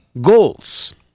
goals